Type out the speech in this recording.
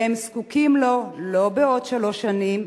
והם זקוקים לו לא בעוד שלוש שנים,